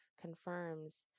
confirms